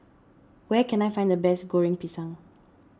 where can I find the best Goreng Pisang